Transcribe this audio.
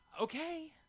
okay